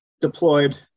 deployed